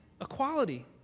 equality